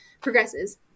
progresses